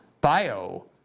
bio